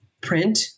print